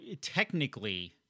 technically